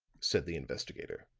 said the investigator.